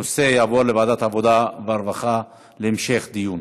הנושא יעבור לוועדת העבודה והרווחה להמשך דיון.